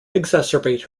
exacerbate